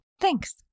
Thanks